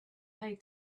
pay